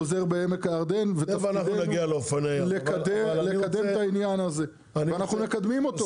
עוזר בעמק הירדן ותפקידנו לקדם בעניין הזה ואנחנו מקדמים אותו.